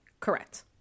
Correct